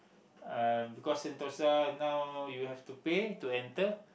uh because Sentosa now you have to pay to enter